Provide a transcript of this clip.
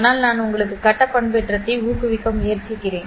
ஆனால் நான் உங்களுக்கு கட்ட பண்பேற்றத்தை ஊக்குவிக்க முயற்சிக்கிறேன்